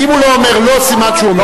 אם הוא לא אומר "לא", סימן שהוא אומר "כן".